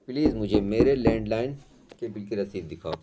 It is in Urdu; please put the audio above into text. پلیز مجھے میرے لینڈ لائن کے بل کی رسید دکھاؤ